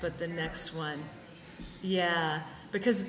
but the next one yeah because